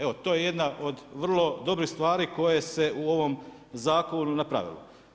Evo, to je jedna od vrlo dobrih stvari koje se u ovom Zakonu napravilo.